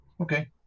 Okay